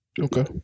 okay